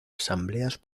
asambleas